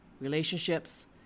relationships